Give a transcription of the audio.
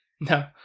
No